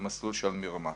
במסלול של מרמה.